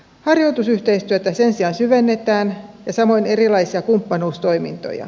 harjoitusyhteistyötä sen sijaan syvennetään ja samoin erilaisia kumppanuustoimintoja